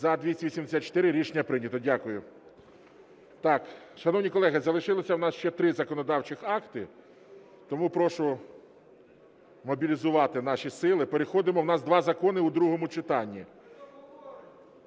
За-284 Рішення прийнято. Дякую. Шановні колеги, залишилося у нас ще три законодавчих акти, тому прошу мобілізувати наші сили. Переходимо, у нас два закони у другому читанні.